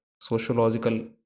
sociological